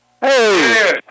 Hey